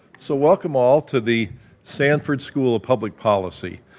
so, welcome all to the sanford school of public policy.